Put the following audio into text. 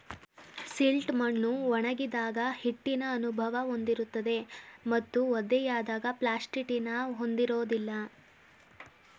silt ಮಣ್ಣು ಒಣಗಿದಾಗ ಹಿಟ್ಟಿನ ಅನುಭವ ಹೊಂದಿರುತ್ತದೆ ಮತ್ತು ಒದ್ದೆಯಾದಾಗ ಪ್ಲಾಸ್ಟಿಟಿನ ಹೊಂದಿರೋದಿಲ್ಲ